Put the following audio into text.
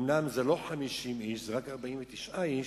אומנם זה לא 50 איש, זה רק 49 איש,